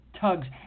tugs